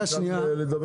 תן לבן אדם לדבר.